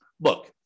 look